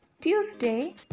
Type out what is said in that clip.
Tuesday